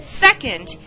Second